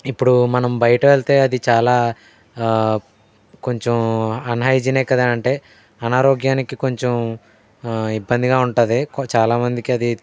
ఇప్పుడు మనం బయట వెళ్తే అది చాలా కొంచెం అన్హైజినిక్ కదా అంటే అనారోగ్యానికి కొంచెం ఇబ్బందిగా ఉంటుంది చాలామందికి అది